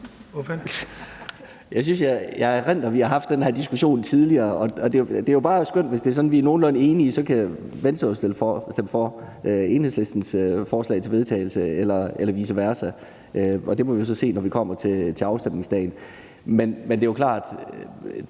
jeg erindrer, at vi har haft den her diskussion tidligere. Det er jo bare skønt, hvis det er sådan, at vi er nogenlunde enige. Så kan Venstre jo stemme for Enhedslistens forslag til vedtagelse eller vice versa. Det må vi så se, når vi kommer til afstemningsdagen. Men det er klart,